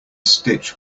stitch